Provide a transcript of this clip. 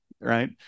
right